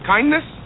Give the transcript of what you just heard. Kindness